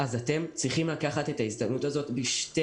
אז אתם צריכים לקחת את ההזדמנות הזאת בשתי